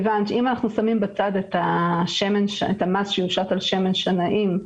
אם אנחנו שמים בצד את המס שיושת על שמן שנאים,